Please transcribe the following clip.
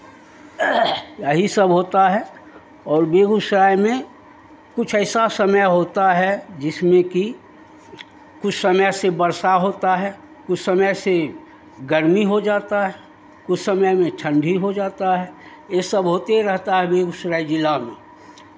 यही सब होता है और बेगूसराय में कुछ ऐसा समय होता है जिसमें कि कुछ समय से वर्षा होता है कुछ समय से गर्मी हो जाता है कुछ समय में ठंडी हो जाता है ये सब होते रहता है बेगूसराय जिला में